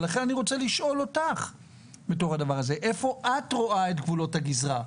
לכן אני רוצה לשאול אותך היכן את רואה את גבולות הגזרה,